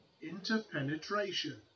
interpenetration